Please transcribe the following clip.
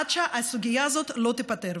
עד שהסוגיה הזאת לא תיפתר.